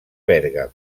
bèrgam